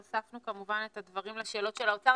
הוספנו כמובן את הדברים לשאלות לאוצר.